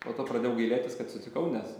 po to pradėjau gailėtis kad sutikau nes